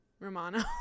Romano